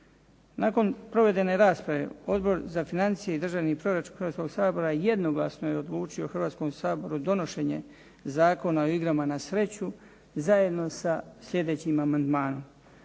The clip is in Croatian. nakon provedene rasprave Odbor za financije i državni proračun Hrvatskog sabora jednoglasno je odlučio Hrvatskom saboru donošenje Zakona o igrama na sreću zajedno sa sljedećim amandmanom.